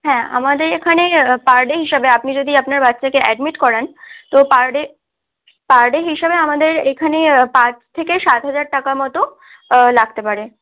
হ্যাঁ আমাদের এখানে পার ডে হিসাবে আপনি যদি আপনার বাচ্চাকে অ্যাডমিট করান তো পার ডে পার ডে হিসাবে আমাদের এখানে পাঁচ থেকে সাত হাজার টাকা মতো লাগতে পারে